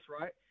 right